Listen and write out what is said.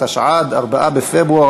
התשע"ד 2014,